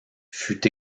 fut